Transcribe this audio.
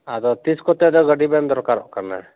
ᱟᱫᱚ ᱛᱤᱥ ᱠᱚᱛᱮ ᱟᱫᱚ ᱜᱟᱹᱰᱤ ᱵᱮᱱ ᱫᱚᱨᱠᱟᱨᱚᱜ ᱠᱟᱱᱟ